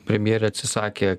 premjerė atsisakė